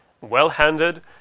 well-handed